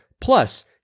Plus